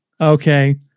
Okay